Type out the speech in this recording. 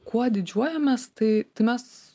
kuo didžiuojamės tai mes